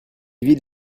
vident